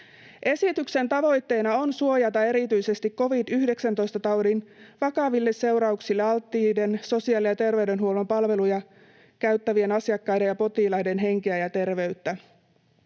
Esityksen tavoitteena on suojata erityisesti covid‑19‑taudin vakaville seurauksille alttiiden sosiaali- ja ter-veydenhuollon palveluja käyttävien asiakkaiden ja potilaiden henkeä ja terveyttä